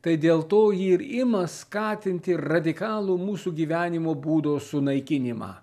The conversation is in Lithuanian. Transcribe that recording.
tai dėl to ir ima skatinti radikalų mūsų gyvenimo būdo sunaikinimą